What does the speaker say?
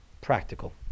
practical